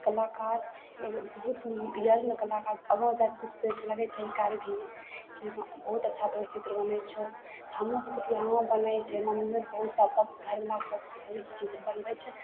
कलाकार ई बहुत ने कलाकार आँगो जाकऽ किछु लगय छै भी कि बहुत अच्छा तोहर चित्र बनय छौ तऽ हमहुँ सोचलियै हमर बनय छै बहुत सभ सभीके चित्र बनबय छै